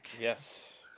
yes